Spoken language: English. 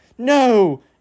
no